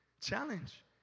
Challenge